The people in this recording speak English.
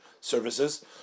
services